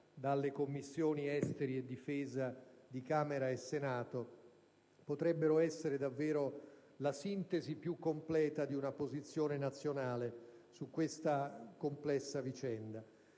dalle Commissioni affari esteri e difesa di Camera e Senato, potrebbero essere davvero la sintesi più completa di una posizione nazionale su questa complessa vicenda.